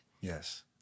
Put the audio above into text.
Yes